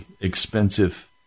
expensive